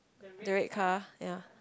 the red car ya